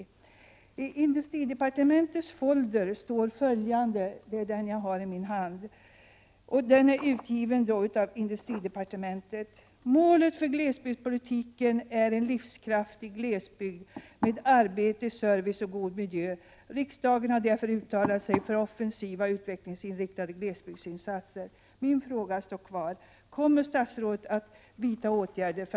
I industridepartementets folder, som jag har här i min hand, står följande: ”Målet för glesbygdspolitiken är en livskraftig glesbygd med arbete, service och god miljö. Riksdagen har därför uttalat sig för offensiva och utvecklingsinriktade glesbygdsinsatser.”